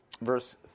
verse